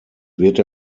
wird